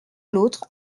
l’autre